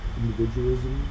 individualism